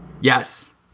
yes